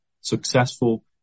successful